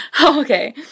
Okay